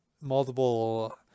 multiple